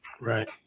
Right